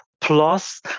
plus